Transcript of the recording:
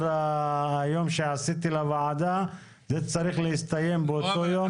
היום שעשיתי לוועדה זה צריך להסתיים באותו יום.